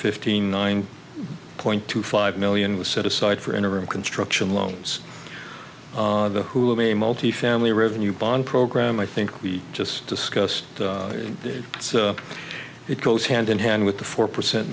fifteen nine point two five million was set aside for interim construction loans who have a multifamily revenue bond program i think we just discussed it goes hand in hand with the four percent